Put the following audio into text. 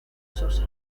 sosa